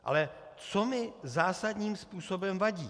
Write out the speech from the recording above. Ale co mi zásadním způsobem vadí.